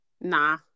Nah